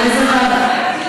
באיזו ועדה?